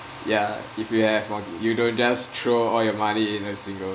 yeah if you have you don't just throw all your money in a single